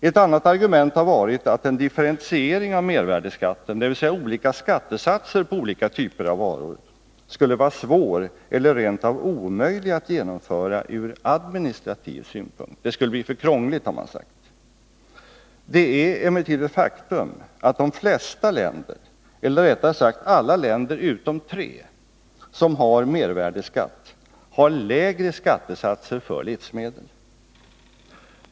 Ett annat argument har varit att en differentiering av mervärdeskatten, med olika skattesatser på olika typer av varor, skulle vara svår eller rent av omöjlig att genomföra ur administrativ synpunkt; det skulle bli för krångligt, har man sagt. Det är emellertid ett faktum att de flesta länder — eller rättare sagt alla länder utom tre — som har mervärdeskatt har lägre skattesatser på livsmedel.